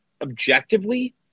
objectively